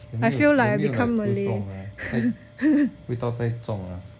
the milk the milk like too strong ah 味道太重 ah